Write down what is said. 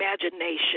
imagination